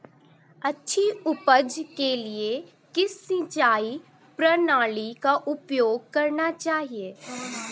अच्छी उपज के लिए किस सिंचाई प्रणाली का उपयोग करना चाहिए?